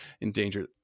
endangered